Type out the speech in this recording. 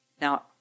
Now